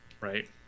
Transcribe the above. Right